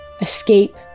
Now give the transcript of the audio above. escape